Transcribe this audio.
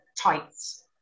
tights